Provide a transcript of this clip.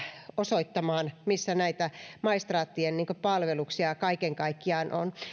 osoittamaan missä näitä maistraattien palveluksia kaiken kaikkiaan on